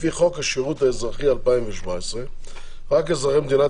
לפי חוק השירות האזרחי 2017 רק אזרחי מדינת